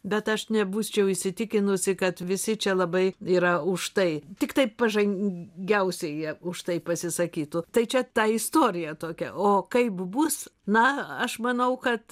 bet aš nebūsčiau įsitikinusi kad visi čia labai yra už tai tiktai pažangiausieji už tai pasisakytų tai čia ta istorija tokia o kaip bus na aš manau kad